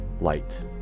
light